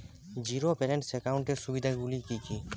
Zero balance একাউন্টের সুবিধা গুলি কি কি?